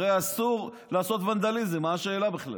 הרי אסור לעשות ונדליזם, מה השאלה בכלל?